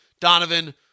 Donovan